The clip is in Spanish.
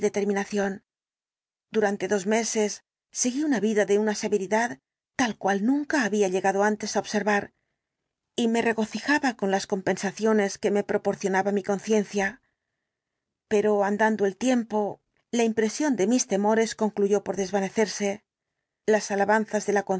determinación durante dos meses seguí una vida de una severidad tal cual nunca había llegado antes á observar y me regocijaba con las compensaciones que me proporcionaba mi conciencia pero andando el tiempo la impresión de mis temores concluyó por desvanecerse las alabanzas de la